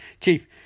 Chief